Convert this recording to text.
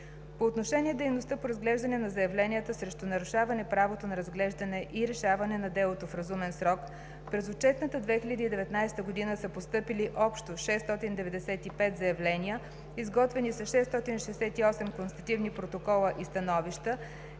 По отношение дейността по разглеждане на заявленията срещу нарушаване правото на разглеждане и решаване на делото в разумен срок. През отчетната 2019 г. са постъпили общо 695 заявления, изготвени са 668 констативни протокола и становища,